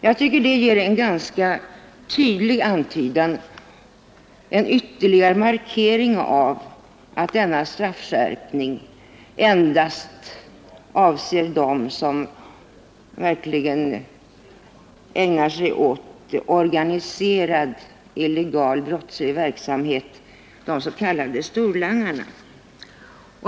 Jag tycker det ger en ganska tydlig antydan om och en ytterligare markering av att denna straffskärpning endast avser dem som verkligen ägnar sig åt organiserad brottslig verksamhet — de s.k. storlangarna.